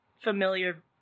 familiar